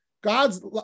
God's